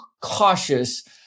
cautious